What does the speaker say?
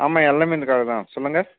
ஆமாம் எண்ணெய் மில்லுக்காரரு தான் சொல்லுங்கள்